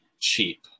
cheap